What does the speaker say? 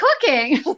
cooking